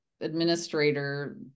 administrator